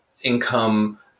income